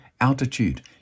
altitude